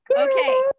Okay